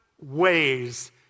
ways